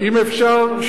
אם אפשר,